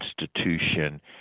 institution